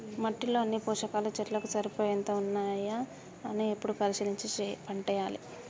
మట్టిలో అన్ని పోషకాలు చెట్లకు సరిపోయేంత ఉన్నాయా అని ఎప్పుడు పరిశీలించి పంటేయాలే